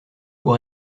pour